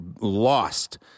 lost